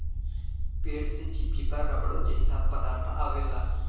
पेड़ से चिप्चिपा रबड़ो जइसा पदार्थ अवेला